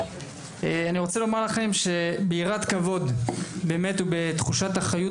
אני רוצה לומר לכם שביראת כבוד באמת ובתחושת אחריות